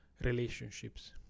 relationships